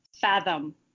fathom